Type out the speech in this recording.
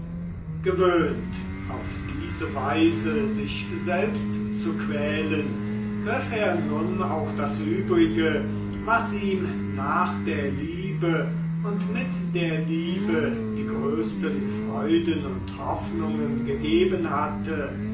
gewöhnt auf diese weise sich selbst zu quälen griff er nun auch das übrige was ihm nach der liebe und mit der liebe die größten freuden und hoffnungen gegeben hatte